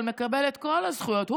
אבל מקבל את כל הזכויות הסוציאלית,